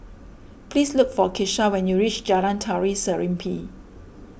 please look for Kesha when you reach Jalan Tari Serimpi